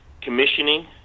commissioning